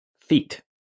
feet